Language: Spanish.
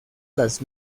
las